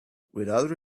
without